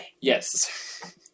Yes